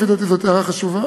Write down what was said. לפי דעתי, זאת הערה חשובה.